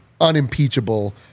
unimpeachable